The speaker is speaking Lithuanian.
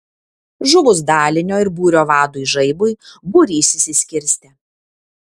žuvus dalinio ir būrio vadui žaibui būrys išsiskirstė